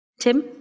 Tim